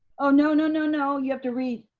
oh no, no, no, no, you have to read.